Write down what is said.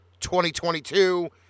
2022